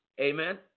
Amen